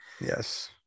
Yes